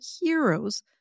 heroes